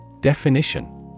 Definition